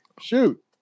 Shoot